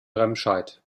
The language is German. remscheid